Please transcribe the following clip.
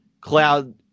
Cloud